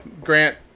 Grant